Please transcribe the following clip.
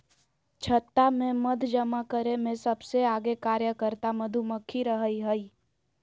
छत्ता में मध जमा करे में सबसे आगे कार्यकर्ता मधुमक्खी रहई हई